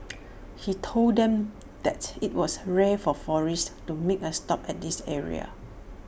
he told them that IT was rare for tourists to make A stop at this area